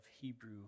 Hebrew